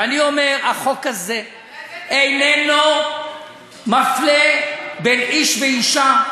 ואני אומר, החוק הזה איננו מפלה בין איש ואישה.